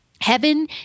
Heaven